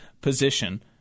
position